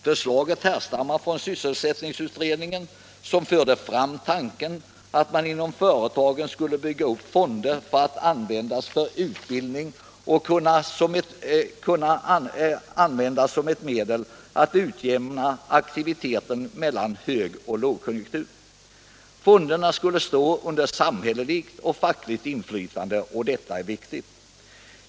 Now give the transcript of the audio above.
Förslaget härstammar från sysselsättningsutredningen, som förde fram tanken att man inom företagen skulle bygga upp fonder för att användas för utbildning och som medel att utjämna aktiviteten mellan hög och lågkonjunktur. Fonderna skulle stå under samhälleligt och fackligt inflytande, och detta är viktigt.